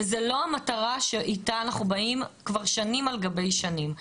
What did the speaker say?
וזאת לא המטרה שאיתה אנחנו באים כבר שנים על גבי שנים.